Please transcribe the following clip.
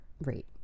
rate